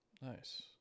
Nice